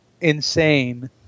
insane